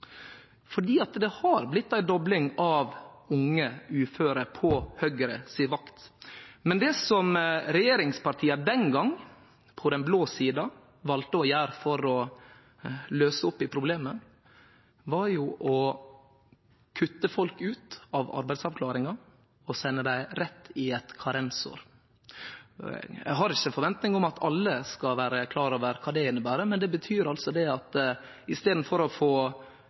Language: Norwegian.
Det har blitt ei dobling av unge uføre på Høgre si vakt. Det regjeringspartia den gongen, på den blå sida, valde å gjere for å løyse opp i problemet, var å kutte folk ut av arbeidsavklaringa og sende dei rett i eit karensår. Eg har ikkje ei forventing om at alle skal vere klar over kva det inneber, men det betyr altså at i staden for å få